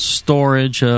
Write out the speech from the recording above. storage